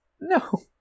no